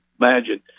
imagine